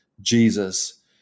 Jesus